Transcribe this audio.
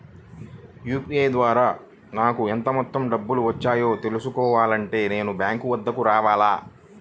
UPI ద్వారా నాకు ఎంత మొత్తం డబ్బులు వచ్చాయో తెలుసుకోవాలి అంటే నేను బ్యాంక్ వద్దకు రావాలా?